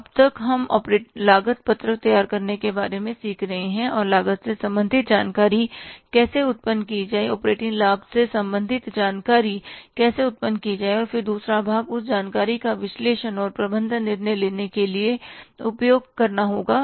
अब तक हम लागत पत्रक तैयार करने के बारे में सीख रहे हैं कि लागत से संबंधित जानकारी कैसे उत्पन्न की जाए ऑपरेटिंग लाभ से संबंधित जानकारी कैसे उत्पन्न की जाए और फिर दूसरा भाग उस जानकारी का विश्लेषण और प्रबंधन निर्णय लेने के लिए उपयोग करना होगा